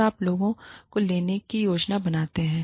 और आप लोगों को लेने की योजना बनाते हैं